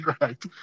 right